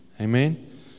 Amen